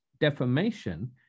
defamation